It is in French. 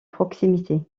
proximité